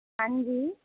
ਹਾਂਜੀ